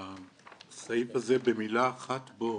הסעיף הזה במלה אחת בו,